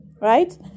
right